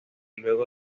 luego